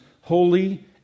holy